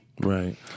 Right